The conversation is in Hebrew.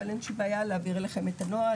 אבל אין שום בעיה להעביר אליכם את הנוהל.